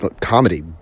comedy